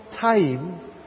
time